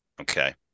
Okay